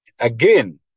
again